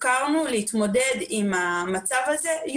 כמו קונדיטוריה,